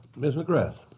ms. mcgrath.